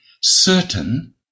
certain